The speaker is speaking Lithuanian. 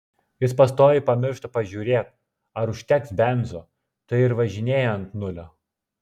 jis pastoviai pamiršta pažiūrėt ar užteks benzo tai ir važinėja ant nulio